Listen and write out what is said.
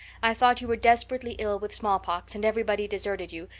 i thought you were desperately ill with smallpox and everybody deserted you,